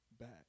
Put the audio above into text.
back